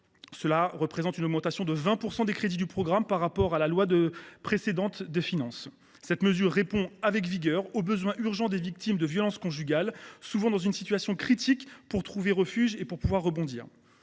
Cela représente une augmentation de 20 % des crédits du programme par rapport à la précédente loi de finances. Cette mesure répond avec vigueur aux besoins urgents des victimes de violences conjugales, souvent dans une situation critique pour trouver refuge et rebondir.